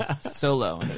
solo